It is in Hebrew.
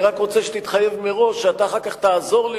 אני רק רוצה שתתחייב מראש שאתה אחר כך תעזור לי